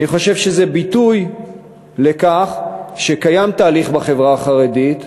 אני חושב שזה ביטוי לכך שקיים תהליך בחברה החרדית,